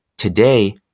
Today